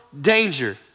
danger